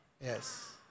Yes